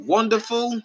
Wonderful